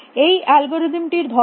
এই অ্যালগরিদমটি র ধর্ম কি